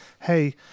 hey